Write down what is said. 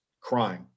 crying